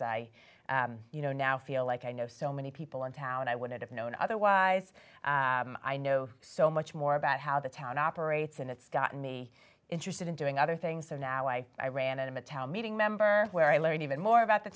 i you know now feel like i know so many people in town i wouldn't have known otherwise i know so much more about how the town operates and it's got me interested in doing other things so now i i ran a town meeting member where i learned even more about the